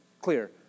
clear